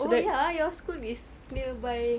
oh ya ah your school is nearby